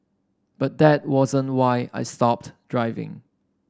but that wasn't why I stopped driving